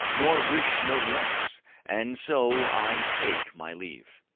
nor wish no less and so i take my leave.